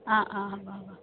অঁ অঁ অঁ